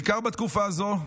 בעיקר בתקופה הזו,